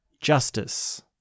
justice